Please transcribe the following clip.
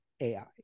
AI